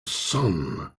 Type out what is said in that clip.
sun